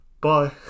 bye